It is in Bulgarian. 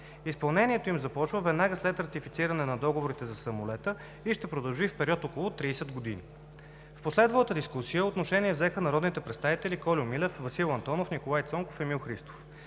Изпълнението им започва веднага след ратифициране на договорите за самолета и ще продължи в период около 30 години. В последвалата дискусия отношение взеха народните представители Кольо Милев, Васил Антонов, Николай Цонков, Емил Христов.